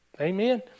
Amen